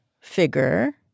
figure